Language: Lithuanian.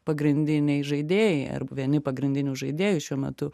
pagrindiniai žaidėjai ar vieni pagrindinių žaidėjų šiuo metu